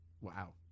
Wow